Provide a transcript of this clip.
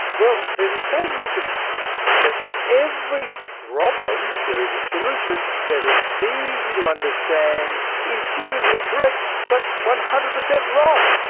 there is a saying in physics that for every problem there is a solution that is easy to understand, intuitively correct but one hundred per cent wrong.